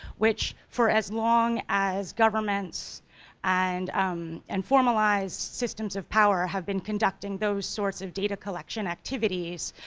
which, for as long as governments and informalised systems of power have been conducting those sorts of data collection activities,